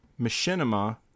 Machinima